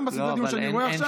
גם בסיבובים שאני רואה עכשיו,